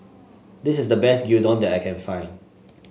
this is the best Gyudon that I can find